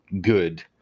good